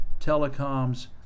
telecoms